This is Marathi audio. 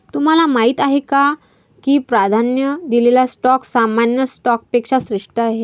तुम्हाला माहीत आहे का की प्राधान्य दिलेला स्टॉक सामान्य स्टॉकपेक्षा श्रेष्ठ आहे?